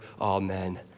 Amen